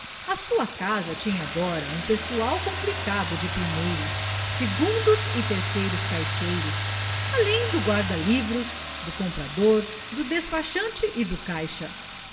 a sua casa tinha agora um pessoal complicado de primeiros segundos e terceiros caixeiros além do guarda-livros do comprador do despachante e do caixa